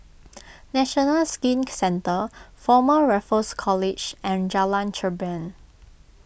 National Skin Centre Former Raffles College and Jalan Cherpen